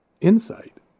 insight